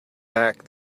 back